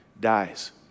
dies